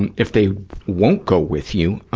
and if they won't go with you,